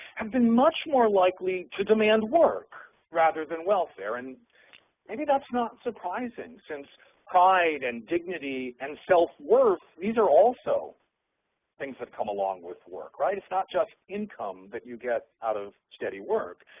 have been much more likely to demand work rather than welfare, and maybe that's not surprising since pride and dignity and self-worth, these are also things that come along with work, right. it's not just income that you get out of steady work.